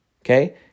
okay